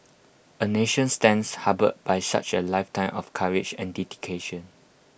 A nation stands humbled by such A lifetime of courage and dedication